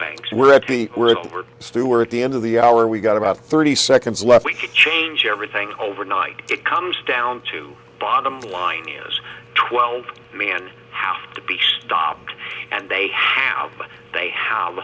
banks were over we were at the end of the hour we got about thirty seconds where we could change everything overnight it comes down to bottom line is twelve men have to be stopped and they have they have